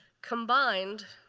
combined,